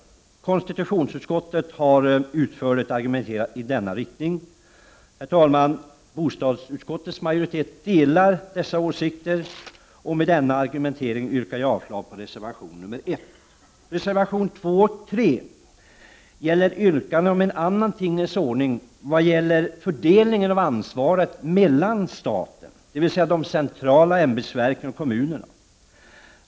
Konstitutionsutskottet har utförligt argumenterat i denna riktning. Bostadsutskottets majoritet delar dessa åsikter. Med denna argumentering yrkar jag avslag på reservation nr 1. Reservationerna nr 2 och 3 gäller yrkanden en annan tingens ordning i fråga om fördelningen av ansvaret mellan staten, dvs. de centrala ämbetsverken, och kommunerna.